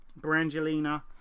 Brangelina